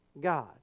God